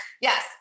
yes